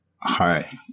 Hi